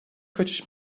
kaçış